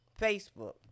Facebook